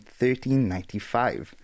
1395